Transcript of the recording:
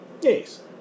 yes